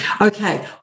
Okay